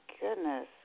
goodness